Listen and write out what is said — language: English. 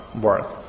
work